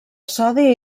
sodi